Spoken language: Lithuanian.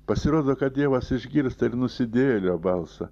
pasirodo kad dievas išgirsta ir nusidėjėlio balsą